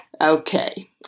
Okay